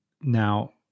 now